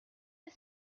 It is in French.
est